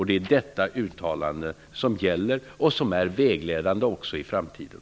Det är detta uttalande som gäller och som är vägledande också i framtiden.